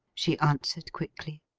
she answered, quickly.